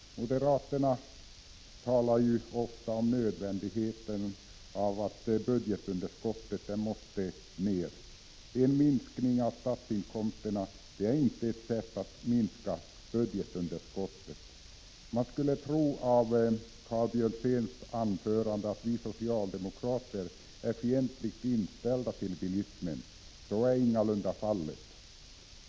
Moderaterna talar ju ofta om nödvändigheten av att budgetunderskottet måste minskas. En minskning av statsinkomsterna är inte ett sätt att minska budgetunderskottet. Man kunde av Karl Björzéns anförande få uppfattningen att vi socialdemokrater är fientligt inställda till bilismen. Så är ingalunda fallet.